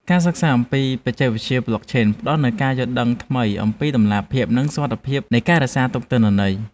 ការសិក្សាអំពីបច្ចេកវិទ្យាប្លុកឆេនផ្តល់នូវការយល់ដឹងថ្មីអំពីតម្លាភាព និងសុវត្ថិភាពនៃការរក្សាទុកទិន្នន័យ។